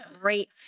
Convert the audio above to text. great